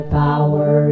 power